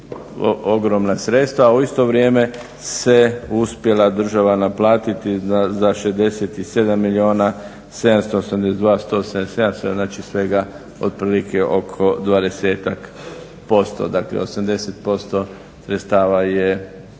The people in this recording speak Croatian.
ogromna sredstva a u isto vrijeme se uspjela Država naplatiti za 67 milijuna 782, 177, znači svega otprilike oko 20-ak% dakle, 80% sredstava je